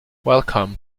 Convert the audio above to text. welcome